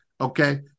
Okay